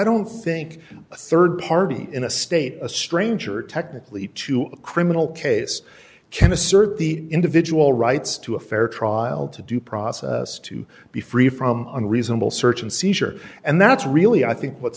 don't think a rd party in a state a stranger technically to a criminal case can assert the individual rights to a fair trial to due process to be free from unreasonable search and seizure and that's really i think what